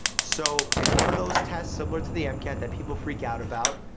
so it's one of those tests, similar to the mcat, that people freak out about,